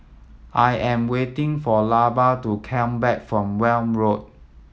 I am waiting for Lavar to come back from Welm Road